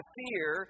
fear